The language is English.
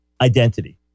identity